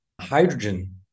hydrogen